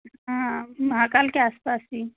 हाँ महाकाल के आसपास ही